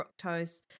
fructose